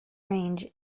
range